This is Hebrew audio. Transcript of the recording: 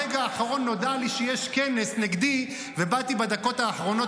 ברגע האחרון נודע לי שיש כנס נגדי ובאתי בדקות האחרונות,